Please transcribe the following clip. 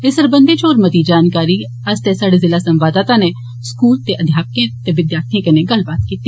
इस सरबंधै च होर मती जानकारी आस्तै साढ़े जिला संवाददाता नै स्कूल दे अध्यापकें ते विद्यार्थियें कन्नै गल्लबात कीती